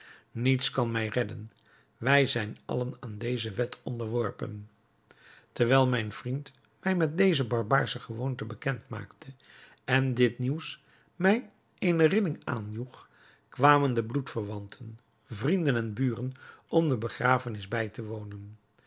niets kan mij redden wij zijn allen aan deze wet onderworpen terwijl mijn vriend mij met deze barbaarsche gewoonte bekend maakte en dit nieuws mij eene rilling aanjoeg kwamen de bloedverwanten vrienden en buren om de begrafenis bij te wonen